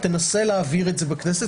היא תנסה להעביר את זה בכנסת,